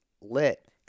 lit